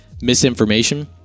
misinformation